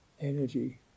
energy